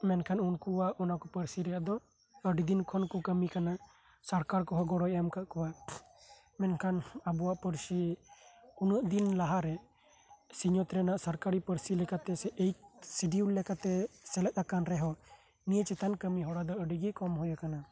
ᱢᱮᱱᱠᱷᱟᱱ ᱩᱱᱠᱩᱣᱟᱜ ᱚᱱᱟ ᱠᱚ ᱯᱟᱹᱨᱥᱤ ᱨᱮᱫᱚ ᱟᱹᱰᱤ ᱫᱤᱱ ᱠᱷᱚᱱ ᱠᱚ ᱠᱟᱹᱢᱤ ᱠᱟᱱᱟ ᱥᱚᱨᱠᱟᱨ ᱠᱚᱦᱚᱸ ᱜᱚᱲᱚᱭ ᱮᱢ ᱠᱟᱫ ᱠᱚᱣᱟ ᱢᱮᱱᱠᱷᱟᱱ ᱟᱵᱚᱣᱟᱜ ᱯᱟᱹᱨᱥᱤ ᱩᱱᱟᱹᱜ ᱫᱤᱱ ᱞᱟᱦᱟ ᱨᱮ ᱥᱤᱧ ᱚᱛ ᱨᱮᱱᱟᱜ ᱥᱚᱨᱠᱟᱨᱤ ᱯᱟᱹᱨᱥᱤ ᱞᱮᱠᱟᱛᱮ ᱥᱮ ᱥᱤᱰᱤᱭᱤᱣᱩᱞ ᱞᱮᱠᱟᱛᱮ ᱥᱮᱞᱮᱫ ᱟᱠᱟᱱ ᱨᱮᱦᱚᱸ ᱱᱤᱭᱟᱹ ᱪᱮᱛᱟᱱ ᱠᱟᱹᱢᱤ ᱦᱚᱨᱟ ᱟᱹᱰᱤ ᱜᱮ ᱠᱚᱢ ᱦᱩᱭᱟᱠᱟᱱᱟ